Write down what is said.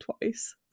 twice